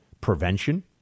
prevention